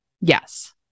Yes